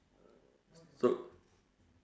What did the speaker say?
so